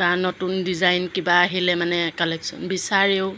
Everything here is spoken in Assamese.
বা নতুন ডিজাইন কিবা আহিলে মানে কালেকশ্যন বিচাৰেও